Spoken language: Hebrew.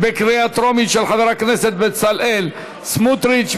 של חבר הכנסת בצלאל סמוטריץ,